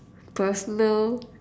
personal